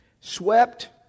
Swept